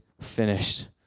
finished